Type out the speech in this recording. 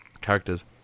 characters